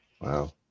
wow